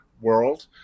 world